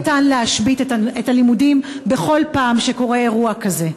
לא ניתן להשבית את הלימודים בכל פעם שקורה אירוע כזה.